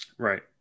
Right